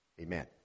Amen